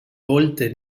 volte